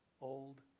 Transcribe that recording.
old